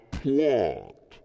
plot